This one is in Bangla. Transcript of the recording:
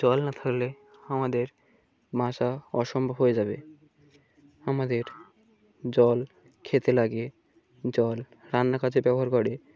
জল না থাকলে আমাদের বাচা অসম্ভব হয়ে যাবে আমাদের জল খেতে লাগে জল রান্নার কাছে ব্যবহার করে